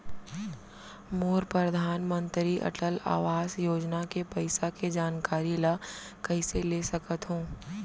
मोर परधानमंतरी अटल आवास योजना के पइसा के जानकारी ल कइसे ले सकत हो?